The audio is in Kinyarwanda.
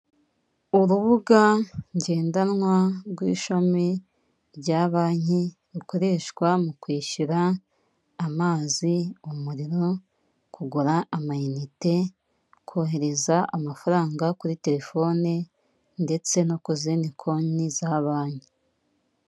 Urubuga ngendanwa rw'ishami rya banki rukoreshwa mu kwishyura amazi, umurimo, kugura amayinite, kohereza amafaranga kuri telefoni ndetse no ku zindi konti za banki.